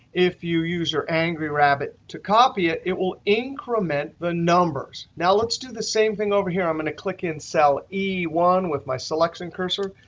if you use your angry rabbit to copy it, it will increment the numbers. now let's do the same thing over here. i'm going to click in cell e one with my selection cursor.